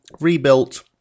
rebuilt